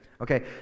Okay